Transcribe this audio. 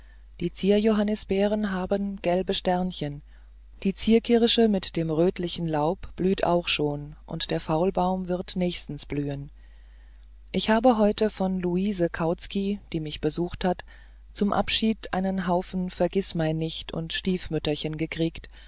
die zierjohannisbeeren haben gelbe sternchen die zierkirsche mit dem rötlichen laub blüht auch schon und der faulbaum wird nächstens blühen ich habe heute von luise kautsky die mich besucht hat zum abschied einen haufen vergißmeinnicht und stiefmütterchen gekriegt